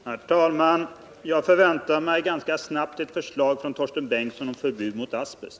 Herr talman! Jag förväntar mig ganska snabbt ett förslag från Torsten Bengtson om förbud mot asbest.